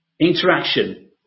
interaction